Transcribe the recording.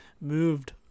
moved